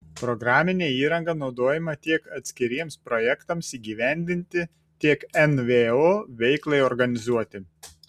programinė įranga naudojama tiek atskiriems projektams įgyvendinti tiek nvo veiklai organizuoti